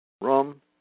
rum